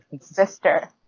sister